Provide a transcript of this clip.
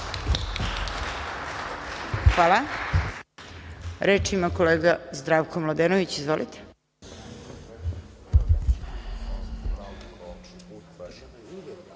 Reč ima kolega Zdravko Mladenović. Izvolite.